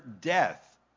death